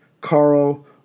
Carl